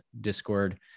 Discord